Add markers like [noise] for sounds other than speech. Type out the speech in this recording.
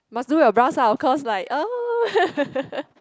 must do your brows lah of course like uh [laughs]